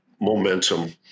momentum